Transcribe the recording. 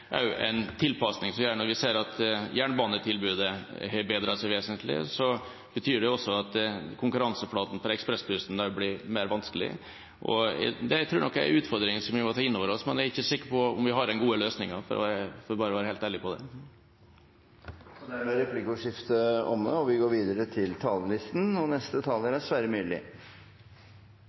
også en tilpasning. Når vi ser at jernbanetilbudet har bedret seg vesentlig, betyr det at konkurranseflaten for ekspressbussene blir vanskeligere. Det tror jeg nok er en utfordring som vi må ta inn over oss, men jeg er ikke sikker på om vi har den gode løsningen – bare for å være helt ærlig på det. Dermed er replikkordskiftet omme. I juni behandlet Stortinget Nasjonal transportplan. Arbeiderpartiet hadde der fire klare satsingsområder: klima- og kollektivtiltak skredsikring og -trygghet kyst og havn digital infrastruktur Dette følger vi